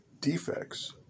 defects